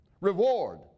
reward